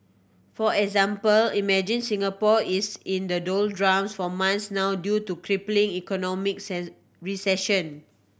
for example imagine Singapore is in the doldrums for months now due to crippling economic recession